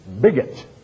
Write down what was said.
bigot